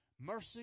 mercy